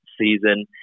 season